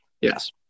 Yes